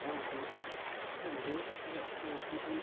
ᱵᱟᱝ ᱦᱩᱭᱩᱜᱼᱟ ᱫᱩᱲᱩᱵ ᱠᱚᱜ ᱠᱷᱟᱱ ᱫᱚ ᱪᱤᱠᱟᱹᱢ